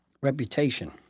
reputation